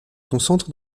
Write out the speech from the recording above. concentre